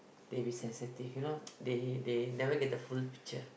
they be sensitive you know they they never get the full picture